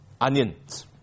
onions